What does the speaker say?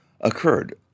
Occurred